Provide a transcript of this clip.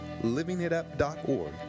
livingitup.org